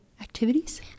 activities